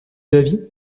d’avis